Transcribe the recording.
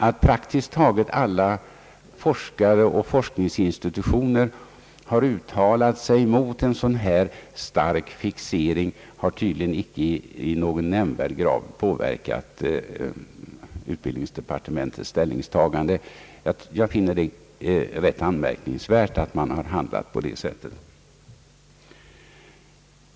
Att praktiskt taget alla forskare och forskningsinstitutioner har uttalat sig mot en sådan stark fixering har tydligen icke i någon nämnvärd grad påverkat utbildningsdepartementets ställningstagande. Jag finner det rätt anmärkningsvärt att man har handlat på detta sätt.